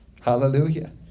Hallelujah